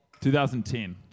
2010